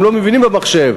הם לא מבינים במחשב,